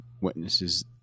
witnesses